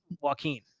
Joaquin